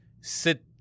sit